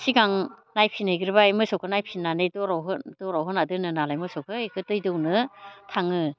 सिगां नायफैनायग्रोबाय मोसैखौ नायफैनानै दर दराव होना दोनो नालाय मोसौखो इखो दै दौनो थाङो